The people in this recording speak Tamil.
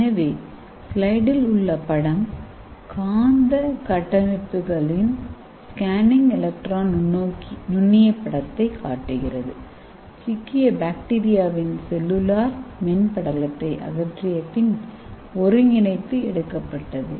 எனவே ஸ்லைடில் உள்ள படம் காந்த கட்டமைப்புகளின் ஸ்கேனிங் எலக்ட்ரான் நுண்ணிய படத்தைக் காட்டுகிறது சிக்கிய பாக்டீரியாவின் செல்லுலார் மென்படலத்தை அகற்றிய பின் ஒருங்கிணைத்து எடுக்கப்பட்டது